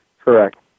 Correct